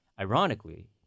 Ironically